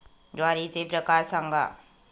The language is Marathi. ज्वारीचे प्रकार सांगा